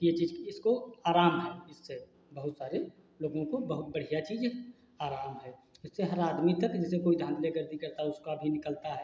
कि यह चीज़ इसको आराम है इससे बहुत सारे लोगों को बहुत बढ़िया चीज़ आराम है इससे हर आदमी तक जैसे कोई धांधले गर्दी करता है उसका भी निकलता है